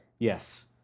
Yes